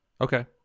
Okay